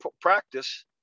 practice